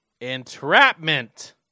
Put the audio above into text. Entrapment